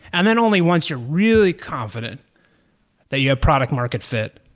and then only once you're really confident that you have product market fit,